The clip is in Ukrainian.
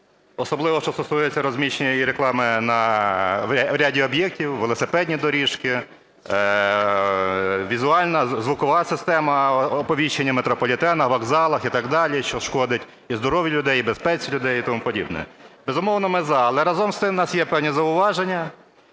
Особливо, що стосується розміщення реклами в ряді об'єктів, велосипедні доріжки, візуальна звукова система оповіщення метрополітену, вокзалах і так далі, що шкодить і здоров'ю людей, і безпеці людей, і тому подібне. Безумовно, ми – за. Але разом з цим у нас є певні зауваження.